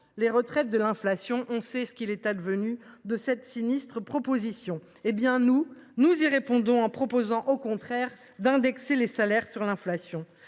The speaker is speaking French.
les retraites de l’inflation. On sait ce qu’il est advenu de cette sinistre proposition. Nous, nous y répondons en proposant au contraire d’indexer les salaires sur l’inflation.